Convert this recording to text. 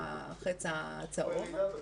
החץ הצהוב.